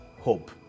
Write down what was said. hope